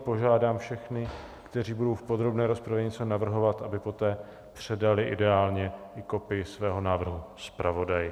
Požádám všechny, kteří budou v podrobné rozpravě něco navrhovat, aby poté předali ideálně i kopii svého návrhu zpravodaji.